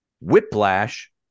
Whiplash